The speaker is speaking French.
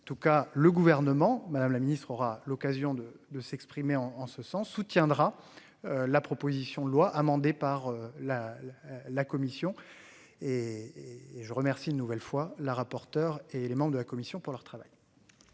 Tout cas le gouvernement madame la ministre aura l'occasion de de s'exprimer en en ce sens soutiendra. La proposition de loi amendée par la la la commission. Et et je remercie une nouvelle fois la rapporteure et les membres de la commission pour leur travail.